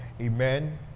Amen